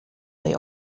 they